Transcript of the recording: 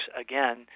again